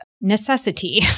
necessity